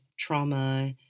trauma